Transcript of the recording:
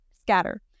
Scatter